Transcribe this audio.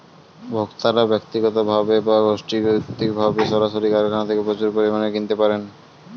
ভোক্তারা ব্যক্তিগতভাবে বা গোষ্ঠীভিত্তিকভাবে সরাসরি কারখানা থেকে প্রচুর পরিমাণে কিনতে পারেন